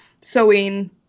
sewing